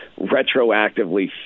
retroactively